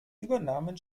übernahmen